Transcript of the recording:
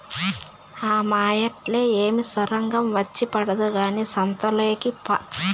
ఆ మాయేట్లా ఏమి సొరంగం వచ్చి పడదు కానీ సంతలోకి పా